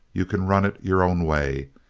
you can run it your own way.